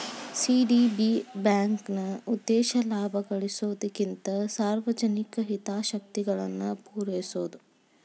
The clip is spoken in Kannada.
ಸಿ.ಡಿ.ಬಿ ಬ್ಯಾಂಕ್ನ ಉದ್ದೇಶ ಲಾಭ ಗಳಿಸೊದಕ್ಕಿಂತ ಸಾರ್ವಜನಿಕ ಹಿತಾಸಕ್ತಿಗಳನ್ನ ಪೂರೈಸೊದು